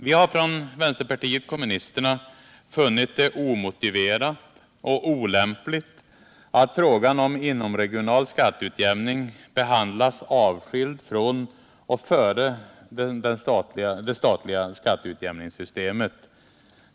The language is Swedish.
Vi har från vänsterpartiet kommunisterna funnit det omotiverat och olämpligt att frågan om inomregional skatteutjämning behandlas avskild från och före det statliga skatteutjämningssystemet.